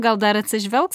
gal dar atsižvelgs